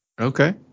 Okay